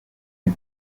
les